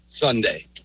sunday